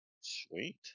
Sweet